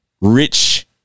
rich